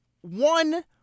One